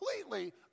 completely